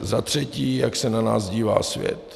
Za třetí, jak se na nás dívá svět.